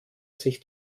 sich